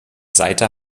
seite